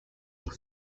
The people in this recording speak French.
pour